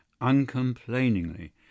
uncomplainingly